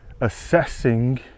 assessing